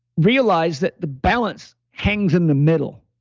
realize that the balance hangs in the middle.